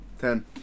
ten